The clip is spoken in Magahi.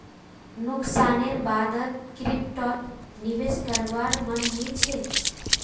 नुकसानेर बा द क्रिप्टोत निवेश करवार मन नइ छ